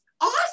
awesome